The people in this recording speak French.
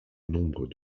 nombre